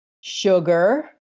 sugar